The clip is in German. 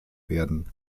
werden